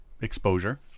Exposure